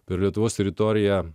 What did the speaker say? per lietuvos teritoriją